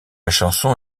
chanson